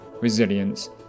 resilience